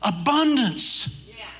Abundance